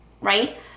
right